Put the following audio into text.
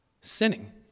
Sinning